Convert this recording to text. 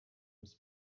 with